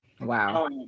Wow